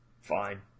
fine